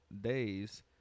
days